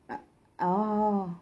ah oh